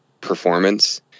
performance